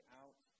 out